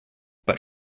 but